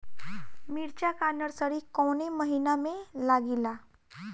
मिरचा का नर्सरी कौने महीना में लागिला?